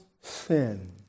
sin